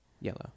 Yellow